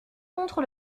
contre